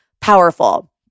powerful